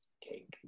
cake